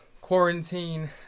quarantine